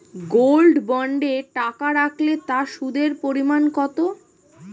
Gold বন্ডে টাকা রাখলে তা সুদের পরিমাণ কত?